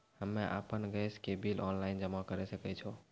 हम्मे आपन गैस के बिल ऑनलाइन जमा करै सकै छौ?